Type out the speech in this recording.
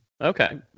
Okay